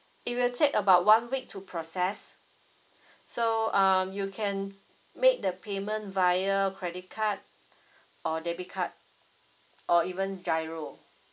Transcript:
it will take about one week to process so um you can make the payment via credit card or debit card or even giro